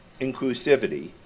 Inclusivity